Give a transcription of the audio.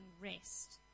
rest